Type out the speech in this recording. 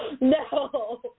No